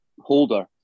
Holder